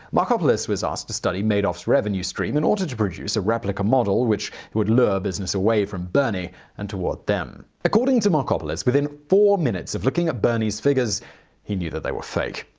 markopolis was asked to study madoff's revenue stream in order to produce a replica model which would lure business away from bernie and toward them. according to markopolis, within four minutes of looking at bernie's figures he knew that they were fake.